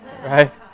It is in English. Right